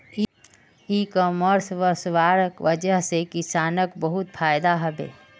इ कॉमर्स वस्वार वजह से किसानक बहुत फायदा हबे